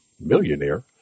millionaire